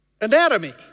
anatomy